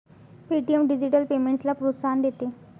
Paytm digital पेमेंट्सला प्रोत्साहन देते